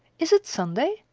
is it sunday?